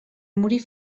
morir